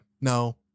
No